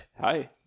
hi